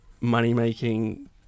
money-making